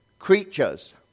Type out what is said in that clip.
creatures